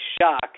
shock